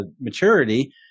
maturity